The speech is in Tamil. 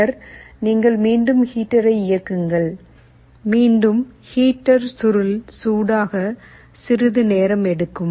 பின்னர் நீங்கள் மீண்டும் ஹீட்டரை இயக்குங்கள் மீண்டும் ஹீட்டர் சுருள் சூடாக சிறிது நேரம் எடுக்கும்